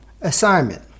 assignment